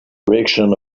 direction